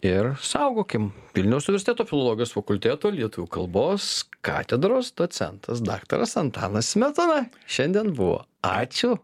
ir saugokim vilniaus universiteto filologijos fakulteto lietuvių kalbos katedros docentas daktaras antanas smetona šiandien buvo ačiū